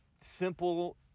simple